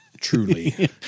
truly